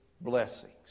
blessings